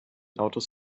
autos